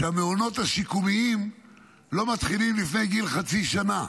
הוא שהמעונות השיקומיים לא מתחילים לפני גיל חצי שנה.